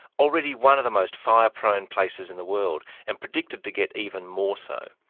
already one of the most fire-prone places in the world and predicted to get even more so.